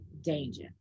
danger